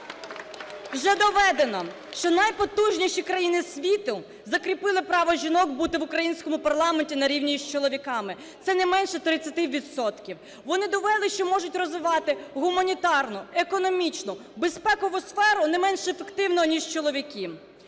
Вже доведено, що найпотужніші країни світу закріпили право жінок бути в українському парламенті на рівні з чоловіками, це не менше 30 відсотків. Вони довели, що можуть розвивати гуманітарну, економічну, безпекову сферу не менш ефективно, ніж чоловіки.